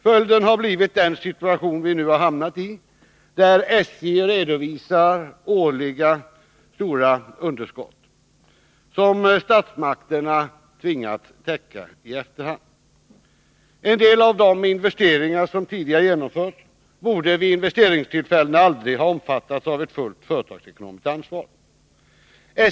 Följden har blivit den situation vi nu har hamnat i, där SJ redovisar årliga stora underskott, som statsmakterna tvingas täcka i efterhand. En del av de investeringar som tidigare genomförts borde vid investeringstillfällena aldrig ha omfattats av ett fullt företagsekonomiskt ansvar.